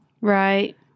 Right